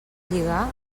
lligar